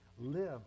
live